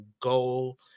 goal